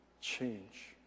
change